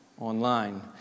online